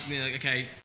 okay